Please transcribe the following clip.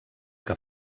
que